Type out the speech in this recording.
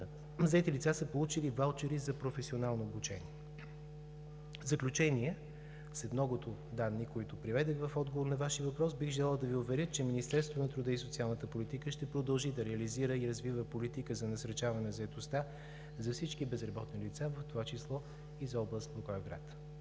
заети лица са получили ваучери за професионално обучение. В заключение, след многото данни, които приведох в отговор на Вашия въпрос, бих желал да Ви уверя, че Министерството на труда и социалната политика ще продължи да реализира и развива политика за насърчаване на заетостта за всички безработни лица, в това число и за област Благоевград.